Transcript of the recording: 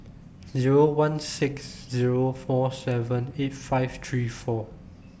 Zero one six Zero four seven eight five three four